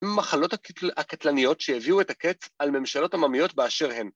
‫מחלות הקטלניות שהביאו את הקץ ‫על ממשלות עממיות באשר הן.